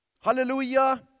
Hallelujah